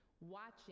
watching